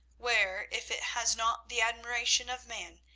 where, if it has not the admiration of man,